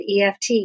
EFT